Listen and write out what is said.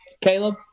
Caleb